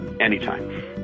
Anytime